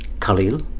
Khalil